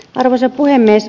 arvoisa puhemies